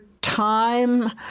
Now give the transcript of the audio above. time